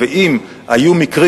אני חושב